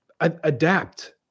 adapt